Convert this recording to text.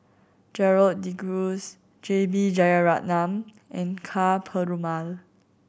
Gerald De Cruz J B Jeyaretnam and Ka Perumal